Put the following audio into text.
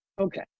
Okay